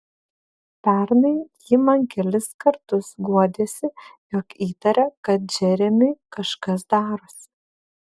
pernai ji man kelis kartus guodėsi jog įtaria kad džeremiui kažkas darosi